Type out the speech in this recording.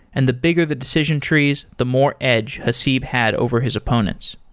and the bigger the decision trees, the more edge haseeb had over his opponents.